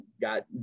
got